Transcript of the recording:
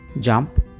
Jump